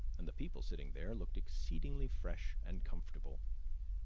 and the people sitting there looked exceedingly fresh and comfortable.